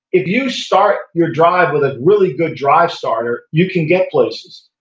if you start your drive with a really good drive starter you can get places,